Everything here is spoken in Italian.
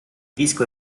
disco